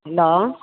लाउ